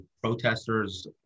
protesters